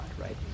right